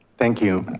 thank you.